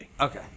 Okay